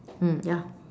mm ya